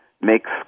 makes